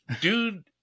dude